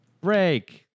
break